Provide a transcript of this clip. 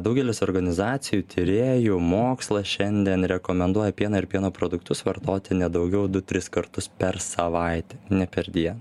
daugelis organizacijų tyrėjų mokslas šiandien rekomenduoja pieną ir pieno produktus vartoti ne daugiau du tris kartus per savaitę ne perdien